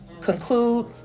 conclude